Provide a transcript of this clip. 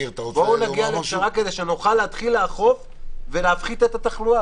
בואו נגיע לפשרה כדי שנתחיל לאכוף ולהפחית את התחלואה.